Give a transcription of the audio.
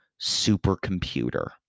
supercomputer